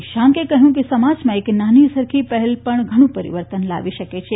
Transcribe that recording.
નિશાંકે કહ્યું કે સમાજમાં એક નાની સરખી પહેલ પણ ધણું પરિવર્તન લાવી શકે છે